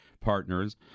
Partners